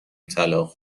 طلاق